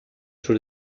sur